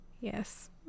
yes